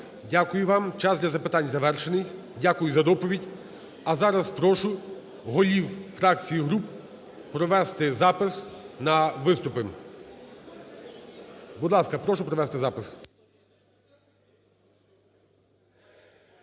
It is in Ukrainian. Дякую вам. Час для запитань завершений. Дякую за доповідь. А зараз прошу голів фракцій і груп провести запис на виступи. Будь ласка, прошу провести запис.